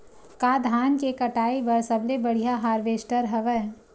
का धान के कटाई बर सबले बढ़िया हारवेस्टर हवय?